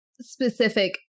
specific